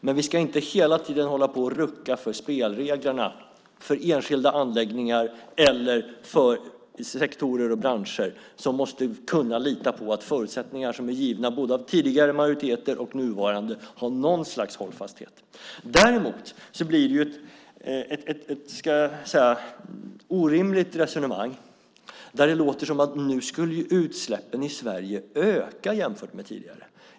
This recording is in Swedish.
Men vi ska inte hela tiden hålla på och rucka på spelreglerna för enskilda anläggningar eller för sektorer och branscher som måste kunna lita på att förutsättningar som är givna både av tidigare majoriteter och nuvarande har något slags hållfasthet. Däremot blir det ett, ska jag säga orimligt resonemang där det låter som om utsläppen i Sverige nu skulle öka jämfört med tidigare.